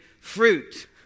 fruit